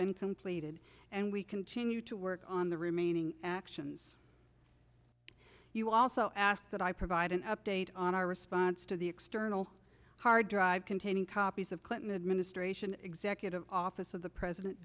been completed and we continue to work on the remaining actions you also asked that i provide an update on our response to the external hard drive containing copies of clinton administration executive office of the president